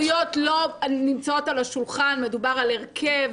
הסמכויות לא נמצאות על השולחן, מדובר על הרכב.